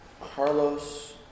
Carlos